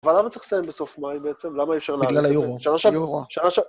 אבל למה צריך לסיים בסוף מאי בעצם? למה אי אפשר לעלות את זה? בגלל היורו, היורו.